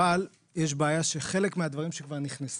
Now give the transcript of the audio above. אבל יש בעיה שחלק מהדברים שכבר נכנסו,